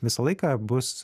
visą laiką bus